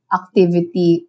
activity